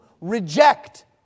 reject